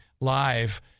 live